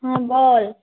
হ্যাঁ বল